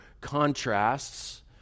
contrasts